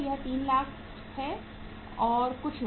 यह 300000 लाख है और कुछ नहीं